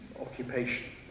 occupation